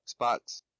Xbox